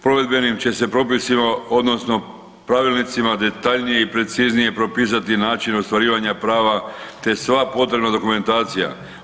Provedbenim će se propisima odnosno pravilnicima detaljnije i preciznije propisati način ostvarivanja prava te sva potrebna dokumentacija.